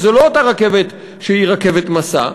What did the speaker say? וזו לא אותה רכבת שהיא רכבת משא.